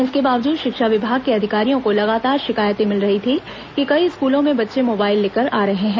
इसके बावजूद शिक्षा विभाग के अधिकारियों को लगातार शिकायतें मिल रही थी कि कई स्कूलों में बच्चे मोबाइल लेकर आ रहे हैं